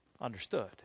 understood